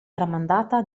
tramandata